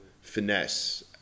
finesse